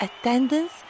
attendance